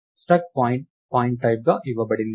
struct point పాయింట్టైప్గా ఇవ్వబడింది